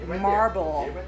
marble